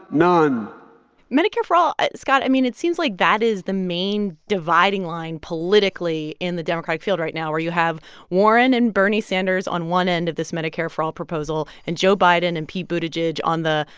none medicare for all scott, i mean, it seems like that is the main dividing line politically in the democratic field right now, where you have warren and bernie sanders on one end of this medicare for all proposal and joe biden and pete buttigieg on the,